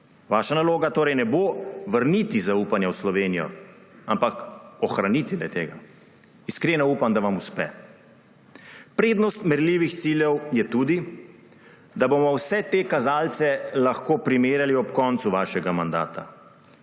Vaša naloga torej ne bo vrniti zaupanje v Slovenijo, ampak ohraniti le-tega. Iskreno upam, da vam uspe. Prednost merljivih ciljev je tudi, da bomo vse te kazalce lahko primerjali ob koncu vašega mandata.